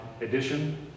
edition